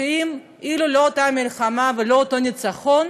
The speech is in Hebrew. שאילולא אותה מלחמה ולא אותו ניצחון,